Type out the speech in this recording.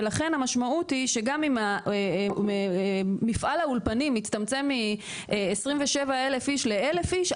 ולכן המשמעות היא שגם אם מפעל האולפנים מצטמצם מ-27,000 איש ל-1000 איש,